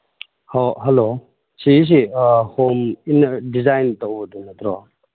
ꯍꯣ ꯍꯜꯂꯣ ꯁꯤꯒꯤꯁꯤ home inner design ꯇꯧꯕꯗꯨ ꯅꯠꯇ꯭ꯔꯣ